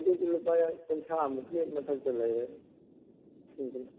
ꯑꯗꯨꯗꯤ ꯂꯨꯄꯥ ꯀꯨꯟꯊ꯭ꯔꯥꯃꯨꯛꯀꯤ ꯃꯊꯛꯇ ꯂꯩꯔꯅꯤ